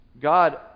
God